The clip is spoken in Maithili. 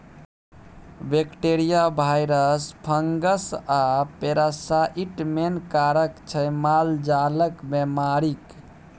बैक्टीरिया, भाइरस, फंगस आ पैरासाइट मेन कारक छै मालजालक बेमारीक